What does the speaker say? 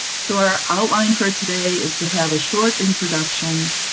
so our outline for today is to have a short introduction,